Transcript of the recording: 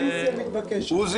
עוזי,